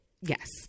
Yes